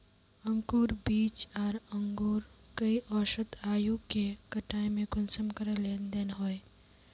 अंकूर बीज आर अंकूर कई औसत आयु के कटाई में कुंसम करे लेन देन होए?